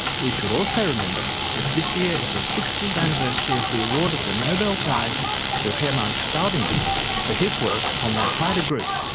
we should also remember that this year is the sixtieth anniversary of the award of the nobel prize to hermann staudinger for his work on that wider group,